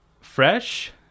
Fresh